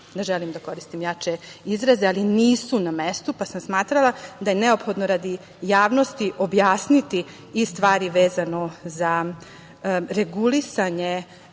ne želim da koristim jače izraze, ali nisu na mestu, pa sam smatrala da je neophodno radi javnosti objasniti i stvari vezano za regulisanje